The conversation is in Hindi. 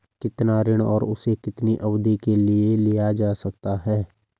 कितना ऋण और उसे कितनी अवधि के लिए लिया जा सकता है?